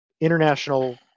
international